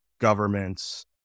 governments